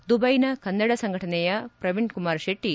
ದುಬೈನ ಕನ್ನಡ ಸಂಘಟನೆಯ ಪ್ರವೀಣ್ ಕುಮಾರ್ ಶೆಟ್ಟಿ